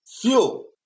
fuel